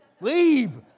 Leave